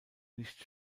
nicht